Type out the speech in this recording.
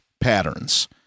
patterns